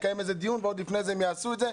צריך לקיים דיון ועוד לפני כן הם יעשו את זה.